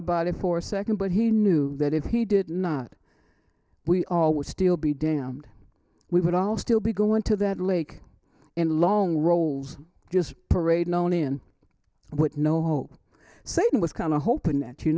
about it for a second but he knew that if he did not we all would still be damned we would all still be going to that lake in long rolls just parade known in what no hope satan was kind of hoping that you